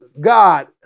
God